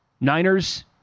Niners